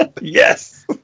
Yes